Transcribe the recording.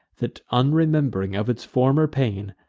that, unrememb'ring of its former pain,